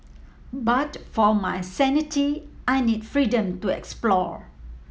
but for my sanity I need freedom to explore